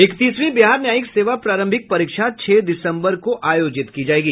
इक्कतीसवीं बिहार न्यायिक सेवा प्रारंभिक परीक्षा छह दिसम्बर को आयोजित की जायेगी